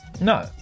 No